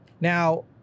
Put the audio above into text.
Now